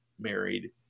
married